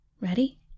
Ready